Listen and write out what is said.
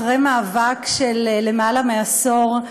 אחרי מאבק של למעלה מעשור,